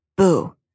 Boo